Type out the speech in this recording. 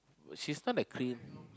she's not a clean